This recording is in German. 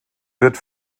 wird